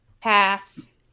Pass